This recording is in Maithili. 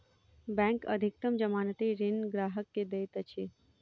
बैंक अधिकतम जमानती ऋण ग्राहक के दैत अछि